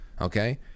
Okay